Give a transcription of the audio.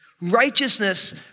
Righteousness